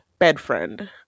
Bedfriend